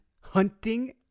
hunting